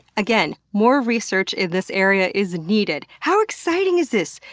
again, more research in this area is needed! how exciting is this!